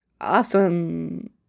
awesome